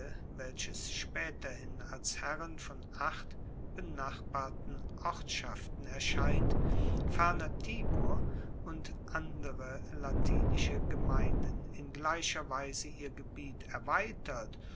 welches spaeterhin als herrin von acht benachbarten ortschaften erscheint ferner tibur und andere latinische gemeinden in gleicher weise ihr gebiet erweitert